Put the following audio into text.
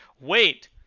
wait